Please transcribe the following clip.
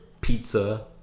pizza